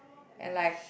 and like